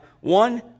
one